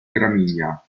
gramigna